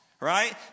right